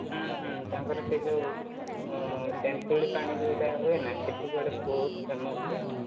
ତାଙ୍କର ସେ ଯୋଉ ତେନ୍ତୁଳି ପାଣି ଯୋଉଟା ହୁଏନା ସେଠି କୁଆଡ଼େ ବହୁତ୍ ଫେମସ୍ ପୁରା